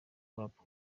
rap